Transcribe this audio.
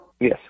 Yes